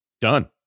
done